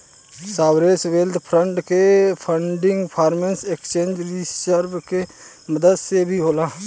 sovereign wealth fund के funding foreign exchange reserves के मदद से भी होला